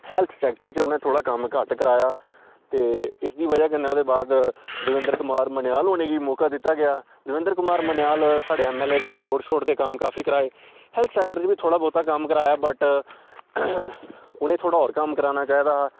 health sector च उ'नें थोह्ड़ा कम्म घट्ट कराया ते इसदी बजह कन्नै ओह्दे बाद दविंद्र कुमार मनेयाल होरें गी मौका दिता गेआ दविंद्र कुमार मनेयाल साढ़े एम एल ए रेह् उ'नें रोड़ शोड़ दे कम्म काफी कराए हैल्थ सैक्टर च बी थोह्ड़ा बोह्ता कम्म कराया बट उ'नेंगी थोह्ड़ा होर कम्म कराना चाहिदा हा